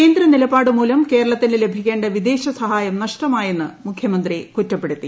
കേന്ദ്ര നിലപാട് മൂലം കേരളത്തിന് ലഭിക്കേണ്ട വിദേശ സഹായം നഷ്ടമായെന്ന് മുഖ്യമന്ത്രി കുറ്റപ്പെടുത്തി